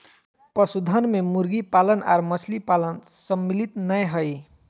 पशुधन मे मुर्गी पालन आर मछली पालन सम्मिलित नै हई